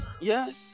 yes